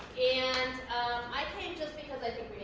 and i came just because i think